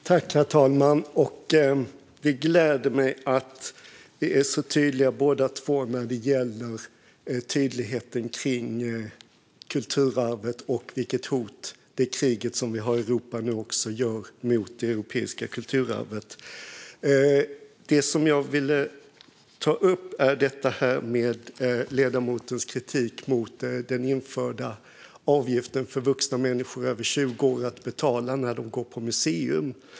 Herr talman! Det gläder mig att vi är så tydliga båda två när det gäller kulturarvet och vilket hot det krig som vi nu har i Europa är mot det europeiska kulturarvet. Det jag vill ta upp är ledamotens kritik mot den införda avgiften för vuxna människor över 20 år som de får betala när de går på museum.